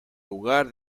lugar